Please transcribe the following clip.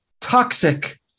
toxic